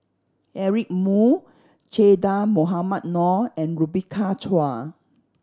Eric Moo Che Dah Mohamed Noor and Rebecca Chua